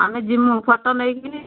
ଆମେ ଯିମୁ ଫୋଟୋ ନେଇକିରି